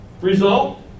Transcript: result